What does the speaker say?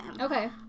Okay